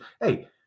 hey